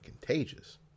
contagious